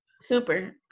Super